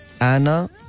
Anna